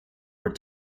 were